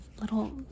little